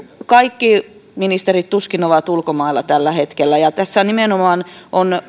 kaikki ministerit tuskin ovat ulkomailla tällä hetkellä tässä nimenomaan on